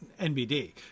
NBD